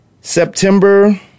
September